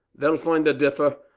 they'll find the differ.